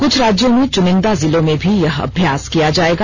कुछ राज्यों में चुनिंदा जिलों में भी यह अभ्याास किया जाएगा